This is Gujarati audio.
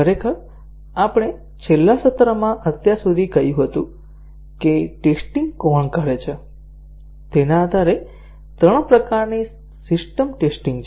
ખરેખર આપણે છેલ્લા સત્રમાં અત્યાર સુધી કહ્યું હતું કે ટેસ્ટીંગ કોણ કરે છે તેના આધારે ત્રણ પ્રકારની સિસ્ટમ ટેસ્ટીંગ છે